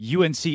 UNC